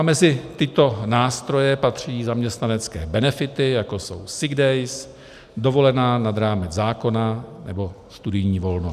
Mezi tyto nástroje patří zaměstnanecké benefity, jako jsou sick days, dovolená nad rámec zákona nebo studijní volno.